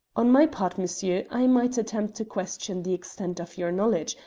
on my part, monsieur, i might attempt to question the extent of your knowledge,